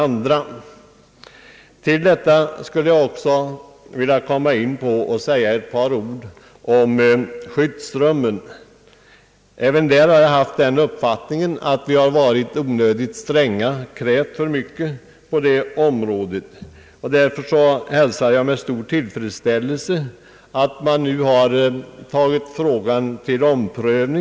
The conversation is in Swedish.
När det gäller skyddsrummen har jag haft den uppfattningen att vi varit onödigt stränga och krävt för mycket. Därför hälsar jag med stor tillfredsställelse att frågan om skyddsrummen nu omprövas.